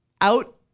out